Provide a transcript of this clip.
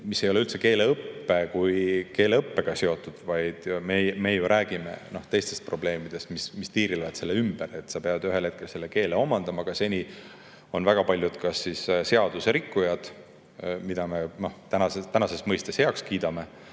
ei ole üldse keeleõppega seotud, vaid me ju räägime teistest probleemidest, mis tiirlevad selle ümber. Sa pead ühel hetkel selle keele omandama, aga seni on väga paljud kas siis seadusrikkujad, mille me tänases mõistes heaks kiidame,